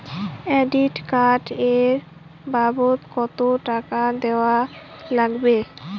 Credit card এর বাবদ কতো টাকা দেওয়া লাগবে?